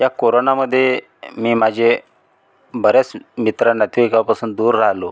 या कोरोनामधे मी माझे बऱ्याच मित्राना तिघा पासून दूर राहलो